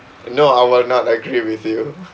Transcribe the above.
no I will not agree with you